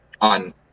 on